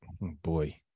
boy